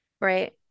Right